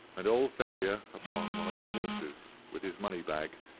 and old ferrier upon one of the horses, with his money-bag,